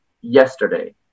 yesterday